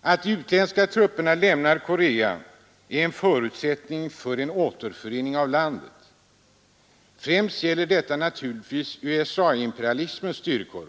Att de utländska trupperna lämnar Korea är en förutsättning för en återförening av landet. Främst gäller detta naturligtvis USA-imperialismens styrkor.